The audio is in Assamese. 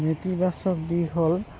নেতিবাচক দিশ হ'ল